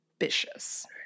ambitious